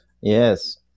Yes